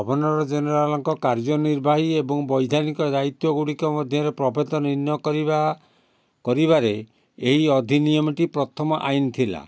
governor ଜେନେରାଲ୍ଙ୍କ କାର୍ଯ୍ୟନିର୍ବାହୀ ଏବଂ ବୈଧାନିକ ଦାୟିତ୍ୱ ଗୁଡ଼ିକ ମଧ୍ୟରେ ପ୍ରଭେଦ ନିର୍ଣ୍ଣୟ କରିବା କରିବାରେ ଏହି ଅଧିନିୟମଟି ପ୍ରଥମ ଆଇନ୍ ଥିଲା